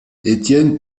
étienne